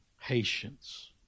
patience